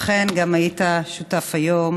אכן, גם היית שותף היום